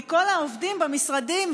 מכל העובדים במשרדים,